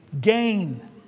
Gain